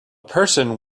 person